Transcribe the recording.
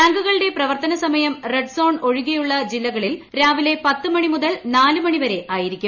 ബാങ്കുകളുടെ പ്രവർത്തന സമയം റെഡ് സോൺ ഒഴികെയുള്ള ജില്ലകളിൽ രാവിലെ പത്ത് മണിമുതൽ നാല് മണിവരെ ആയിരിക്കും